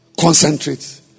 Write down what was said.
concentrate